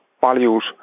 values